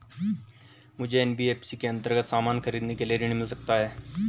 मुझे एन.बी.एफ.सी के अन्तर्गत सामान खरीदने के लिए ऋण मिल सकता है?